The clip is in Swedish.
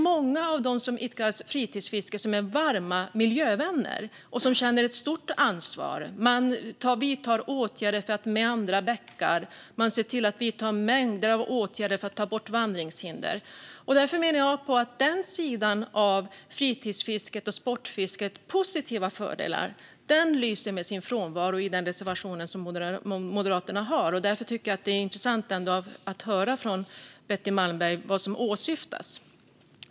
Många som idkar fritidsfiske är varma miljövänner och känner ett stort ansvar. Man vidtar åtgärder för att meandra bäckar och för att ta bort vandringshinder. Jag menar att den sidan av sport och fritidsfiskets positiva fördelar lyser med sin frånvaro i Moderaternas reservation, och därför tycker jag att det är intressant att höra från Betty Malmberg vad som åsyftas.